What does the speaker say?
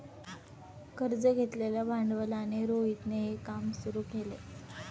कर्ज घेतलेल्या भांडवलाने रोहितने हे काम सुरू केल